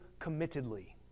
committedly